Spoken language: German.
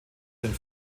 sind